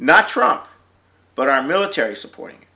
not trump but our military supporting